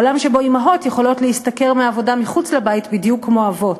עולם שבו אימהות יכולות להשתכר מעבודה מחוץ לבית בדיוק כמו אבות,